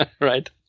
Right